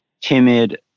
timid